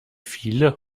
viele